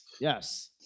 Yes